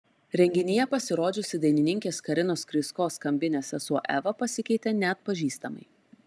renginyje pasirodžiusi dainininkės karinos krysko skambinės sesuo eva pasikeitė neatpažįstamai